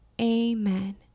Amen